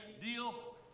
deal